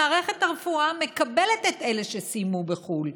מערכת הרפואה מקבלת את אלה שסיימו בחו"ל,